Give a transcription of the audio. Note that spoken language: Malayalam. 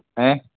ഏ